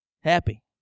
Happy